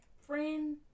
friend